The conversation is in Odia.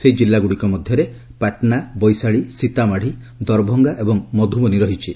ସେହି ଜିଲ୍ଲାଗୁଡ଼ିକ ମଧ୍ୟରେ ପାଟନା ବୈଶାଳୀ ସୀତାମାଢ଼ି ଦରଭଙ୍ଗା ଏବଂ ମଧୁବନୀ ରହିଛି